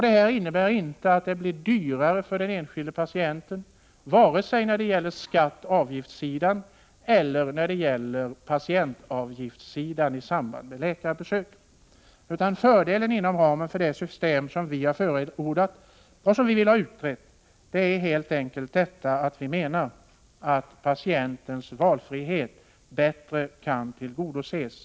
Detta innebär inte att det blir dyrare för den enskilda patienten, varken när det gäller skatteoch avgiftssidan eller när det gäller patientavgiftsidan i samband med läkarbesök. Fördelen med det system som vi har förordat och som vi vill ha utrett är enligt vår mening helt enkelt att patientens valfrihet bättre kan tillgodoses.